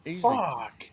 Fuck